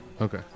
Okay